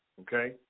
okay